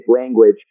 language